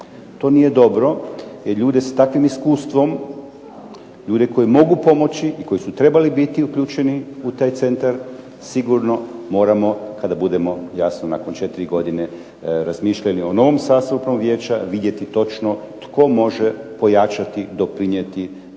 To nije dobro jer ljude s takvim iskustvom, ljude koji mogu pomoći i koji su trebali biti uključeni u taj centar sigurno moramo kada budemo jasno nakon četiri godine razmišljali o novom sastavu upravnog vijeća vidjeti točno tko može pojačati, doprinijeti